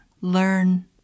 learn